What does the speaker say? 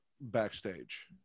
backstage